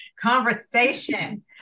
conversation